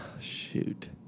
Shoot